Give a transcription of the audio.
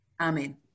Amen